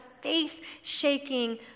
faith-shaking